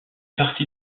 partie